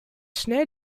schnell